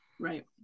Right